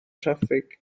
traffig